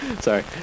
sorry